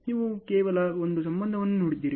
ನೀವು ಕೇವಲ ಒಂದು ಸಂಬಂಧವನ್ನು ನೋಡಿದ್ದೀರಿ